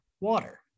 water